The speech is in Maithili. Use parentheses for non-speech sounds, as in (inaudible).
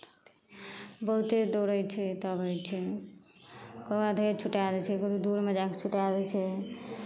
बहुते दौड़ै छै तब होइ छै (unintelligible) धरि छुटाए दै छै कभी दूरमे जाए कऽ छुटाए दै छै